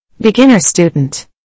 Beginner-student